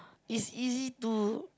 it's easy to